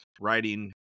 writing